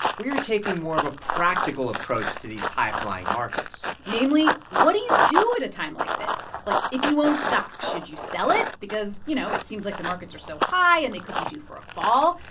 we are taking more of a practical approach to these high-flying markets namely, what do you do at a time like this? like, if you own stock, should you sell it? because, you know, it seems like the markets are so high, and they could be due for a fall.